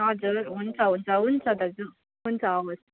हजुर हुन्छ हुन्छ हुन्छ दाजु हुन्छ हवस्